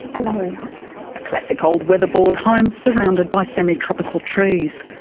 and a classic old weatherboard home, surrounded by semi-tropical trees.